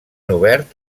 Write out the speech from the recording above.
obert